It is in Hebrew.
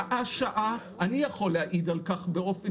שעה-שעה אני יכול להעיד על כך באופן